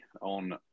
on